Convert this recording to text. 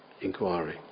inquiry